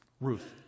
Ruth